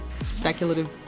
speculative